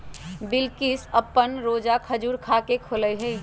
बिलकिश अप्पन रोजा खजूर खा के खोललई